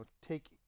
take